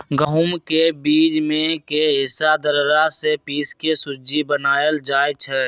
गहुम के बीच में के हिस्सा दर्रा से पिसके सुज्ज़ी बनाएल जाइ छइ